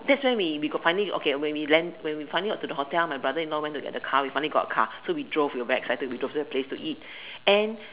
that's when we we got finally okay when we land when we finally got to the hotel my brother-in-law went to get the car we finally got a car so we drove we were very excited we drove to the place to eat and